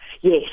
Yes